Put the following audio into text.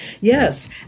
yes